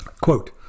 Quote